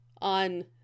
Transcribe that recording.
on